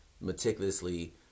meticulously